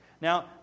Now